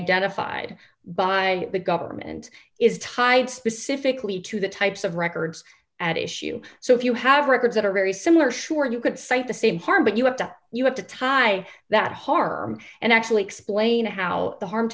identified by the government and is tied specifically to the types of records at issue so if you have records that are very similar sure you could cite the same harm but you have to you have to tie that harm and actually explain how the harm